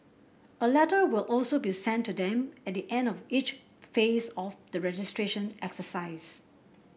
a letter will also be sent to them at the end of each phase of the registration exercise